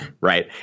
right